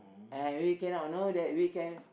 and we cannot you know that we can